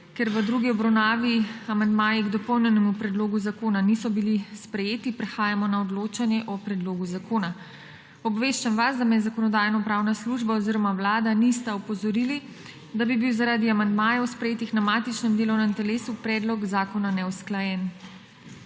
Ker v drugi obravnavi amandmaji k dopolnjenemu predlogu zakona niso bili sprejeti, prehajamo na odločanje o predlogu zakona. Obveščam vas, da me Zakonodajno-pravna služba oziroma Vlada nista opozorili, da bi bil zaradi amandmaje,v sprejetih na matičnem delovnem telesu, predlog zakona neusklajen.